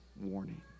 warning